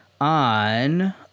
on